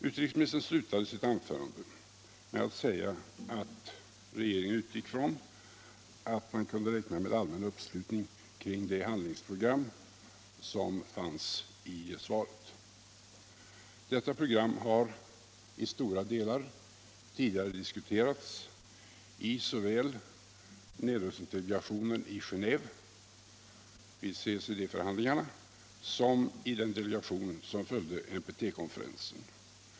Utrikesministern slutade sitt anförande med att säga att han utgick från att man kunde räkna med allmän uppslutning kring det handlingsprogram som angavs i svaret. Detta program har i stora delar tidigare diskuterats i såväl nedrustningsdelegationen i Genéve vid CCD-förhandlingarna som i den delegation som följde NPT-konferensen.